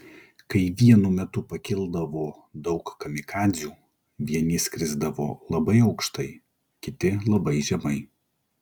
kai vienu metu pakildavo daug kamikadzių vieni skrisdavo labai aukštai kiti labai žemai